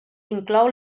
inclou